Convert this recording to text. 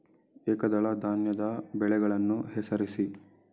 ಏಕದಳ ಧಾನ್ಯದ ಬೆಳೆಗಳನ್ನು ಹೆಸರಿಸಿ?